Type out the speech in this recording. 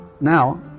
Now